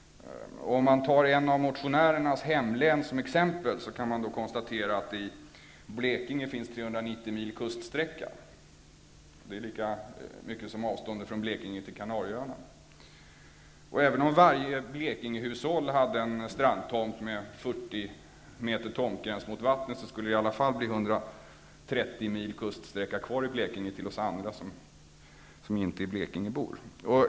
Om man tar en av motionärernas hemlän som exempel kan man konstatera att det i Blekinge finns Blekinge till Kanarieöarna. Även om varje Blekingehushåll hade en strandtomt med 40 meter tomtgräns mot vattnet skulle det i alla fall bli 130 milj kuststräcka kvar i Blekinge till oss andra som inte är blekingebor.